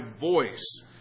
voice